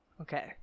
Okay